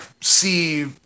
see